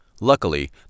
luckily